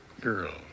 girl